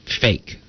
fake